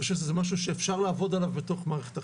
אני חושב שזה משהו שאפשר לעבוד עליו בתוך מערכת החינוך.